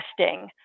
testing